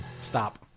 stop